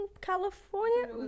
California